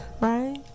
right